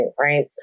right